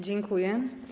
Dziękuję.